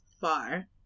far